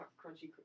crunchy